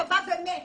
טבע ומת.